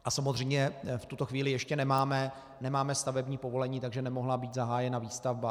A samozřejmě v tuto chvíli ještě nemáme stavební povolení, takže nemohla být zahájena výstavba.